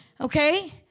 okay